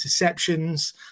interceptions